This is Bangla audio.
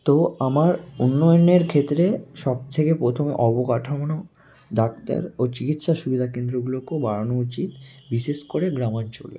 তো আমার উন্নয়নের ক্ষেত্রে সবথেকে পোথমে অবকাঠামো ডাক্তার ও চিকিৎসা সুবিধা কেন্দ্রগুলোকেও বাড়ানো উচিত বিশেষ করে গ্রাম অঞ্চলে